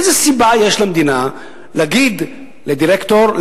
איזה סיבה יש למדינה להגיד לדירקטור,